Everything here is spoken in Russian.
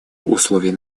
условий